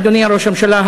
אדוני ראש הממשלה,